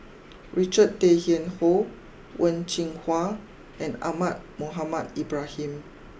Richard Tay Tian Hoe Wen Jinhua and Ahmad Mohamed Ibrahim